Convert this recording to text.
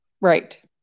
Right